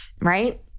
right